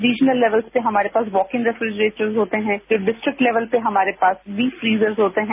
regional level पर हमारे पास वॉक्यूम रेफ्रिजरेटर होते हैं तो डिस्ट्रीक्ट लेवल पर हमारे पर डीप फ्रीजर होते हैं